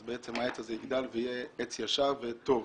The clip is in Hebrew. אז בעצם העץ הזה יגדל ויהיה עץ ישר וטוב,